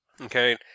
Okay